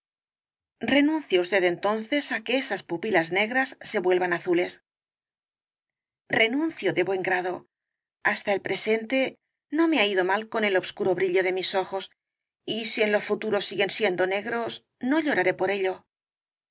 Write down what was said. renuncie usted entonces á que esas pupilas negras se vuelvan azules renuncio de buen grado hasta el presente no me ha ido mal con el obscuro brillo de mis ojos y si en lo futuro siguen siendo negros no lloraré por ello